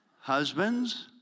Husbands